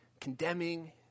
condemning